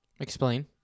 Explain